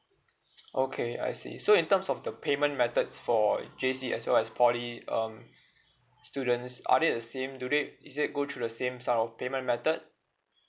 okay I see so in terms of the payment methods for J_C as well as poly um students are they the same do they is it go through the same style of payment method